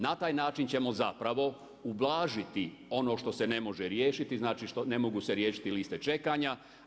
Na taj način ćemo zapravo ublažiti ono što se ne može riješiti, znači ne mogu se riješiti liste čekanja.